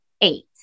eight